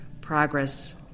progress